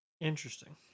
Interesting